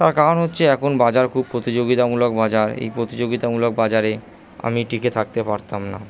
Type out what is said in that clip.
তার কারণ হচ্ছে এখন বাজার খুব প্রতিযোগিতামূলক বাজার এই প্রতিযোগিতামূলক বাজারে আমি টিকে থাকতে পারতাম না